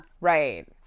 Right